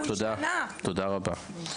תודה רבה.